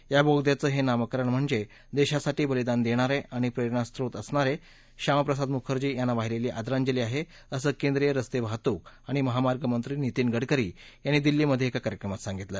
या बोगद्याचं हे नामकरण म्हणजे देशासाठी बलिदान देणारे आणि प्रेरणास्रोत असणारे श्यामाप्रसाद मुखर्जी यांना वाहिलेली आदरांजली आहे असं केंद्रीय रस्तेवाहतूक आणि महामार्गमंत्री नीतीन गडकरी यांनी दिल्लीमध्ये एका कार्यक्रमात सांगितलं